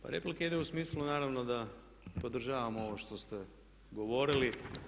Pa replika ide u smislu naravno da podržavamo ovo što ste govorili.